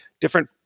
different